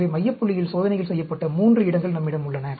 எனவே மைய புள்ளியில் சோதனைகள் செய்யப்பட்ட 3 இடங்கள் நம்மிடம் உள்ளன